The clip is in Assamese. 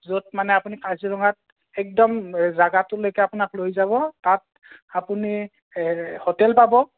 য'ত মানে আপুনি কাজিৰঙাত একদম জাগাটোলৈকে আপোনাক লৈ যাব তাত আপুনি হোটেল পাব